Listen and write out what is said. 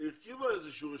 יש איזושהי רשימה.